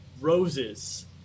roses